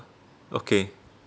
okay